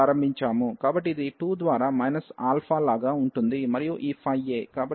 కాబట్టి ఇది 2 ద్వారా మైనస్ ఆల్ఫా లాగా ఉంటుంది మరియు ఈ phi a